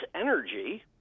energy